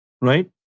right